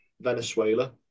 venezuela